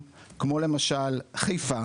לבנות כבר